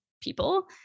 people